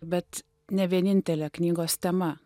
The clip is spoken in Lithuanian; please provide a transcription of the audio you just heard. bet ne vienintelė knygos tema